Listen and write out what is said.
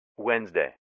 Wednesday